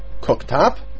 cooktop